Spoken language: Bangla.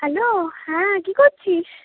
হ্যালো হ্যাঁ কি করছিস